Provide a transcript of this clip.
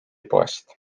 poest